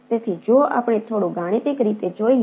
તેથી જો આપણે તે થોડું ગાણિતિક રીતે જોઈએ